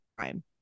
time